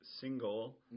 single